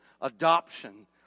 adoption